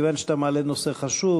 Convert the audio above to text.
מכיוון שאתה מעלה נושא חשוב,